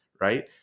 right